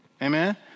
Amen